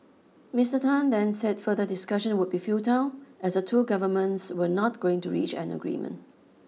Mister Tan then said further discussion would be futile as the two governments were not going to reach an agreement